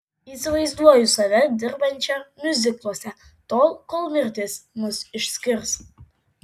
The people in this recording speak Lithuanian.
įsivaizduoju save dirbančią miuzikluose tol kol mirtis mus išskirs